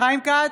חיים כץ,